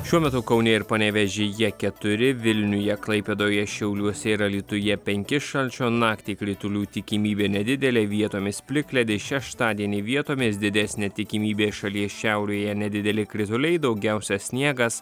šiuo metu kaune ir panevėžyje keturi vilniuje klaipėdoje šiauliuose ir alytuje penki šalčio naktį kritulių tikimybė nedidelė vietomis plikledis šeštadienį vietomis didesnė tikimybė šalies šiaurėje nedideli krituliai daugiausia sniegas